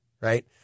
Right